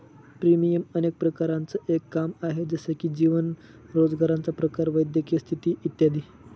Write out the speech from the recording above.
premium अनेक प्रकारांचं एक काम आहे, जसे की जीवन, रोजगाराचा प्रकार, वैद्यकीय स्थिती इत्यादी